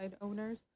owners